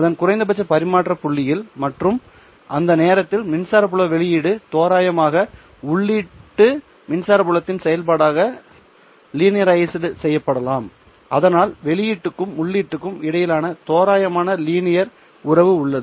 அதன் குறைந்தபட்ச பரிமாற்ற புள்ளியில் மற்றும் அந்த நேரத்தில் மின்சார புல வெளியீடு தோராயமாக உள்ளீட்டு மின்சார புலத்தின் செயல்பாடாக லீனியரைஸ்டு செய்யப்படலாம் அதனால் வெளியீட்டுக்கும் உள்ளீட்டுக்கும் இடையிலான தோராயமான லினியர் உறவு உள்ளது